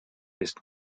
ist